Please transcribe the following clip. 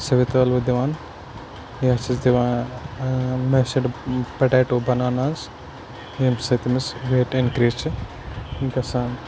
سوِتھ ٲلوٕ دِوان یا چھِس دِوان میشڈ پوٹیٹو بَناناز ییٚمہِ سۭتۍ تٔمِس ویٹ اِنکریٖز چھِ گژھان